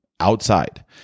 outside